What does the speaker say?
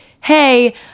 Hey